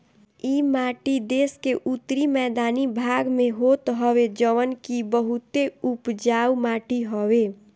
इ माटी देस के उत्तरी मैदानी भाग में होत हवे जवन की बहुते उपजाऊ माटी हवे